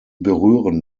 berühren